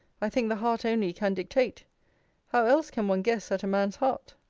i think the heart only can dictate how else can one guess at a man's heart?